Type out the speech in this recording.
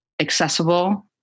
accessible